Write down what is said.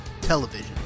television